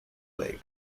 lake